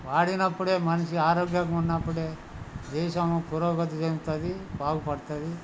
వాడినప్పుడే మనిషి ఆరోగ్యంగా ఉన్నప్పుడే దేశం పురోగతి చెందుతుంది బాగుపడుతుంది